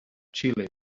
xile